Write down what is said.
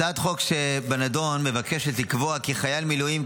הצעת החוק שבנדון מבקשת לקבוע כי חייל מילואים,